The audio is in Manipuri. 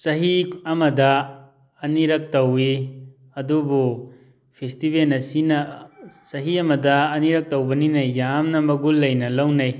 ꯆꯍꯤ ꯑꯃꯗ ꯑꯅꯤꯔꯛ ꯇꯧꯏ ꯑꯗꯨꯕꯨ ꯐꯦꯁꯇꯤꯕꯦꯟ ꯑꯁꯤꯅ ꯆꯍꯤ ꯑꯃꯗ ꯑꯅꯤꯔꯛ ꯇꯧꯕꯅꯤꯅ ꯌꯥꯝꯅ ꯃꯒꯨꯟ ꯂꯩꯅ ꯂꯧꯅꯩ